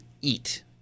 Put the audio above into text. eat